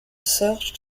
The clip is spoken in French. sir